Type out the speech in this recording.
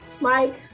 Mike